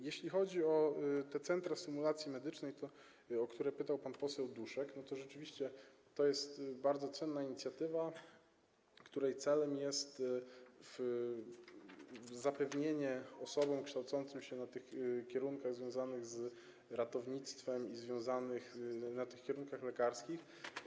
Jeśli chodzi o centra symulacji medycznej, o które pytał pan poseł Duszek, to rzeczywiście to jest bardzo cenna inicjatywa, której celem jest zapewnienie osobom kształcącym się na kierunkach związanych z ratownictwem i na kierunkach lekarskich.